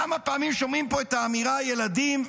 כמה פעמים שומעים פה את האמירה "ילדים"?